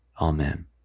Amen